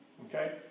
Okay